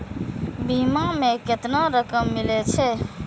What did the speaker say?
बीमा में केतना रकम मिले छै?